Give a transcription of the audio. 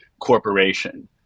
Corporation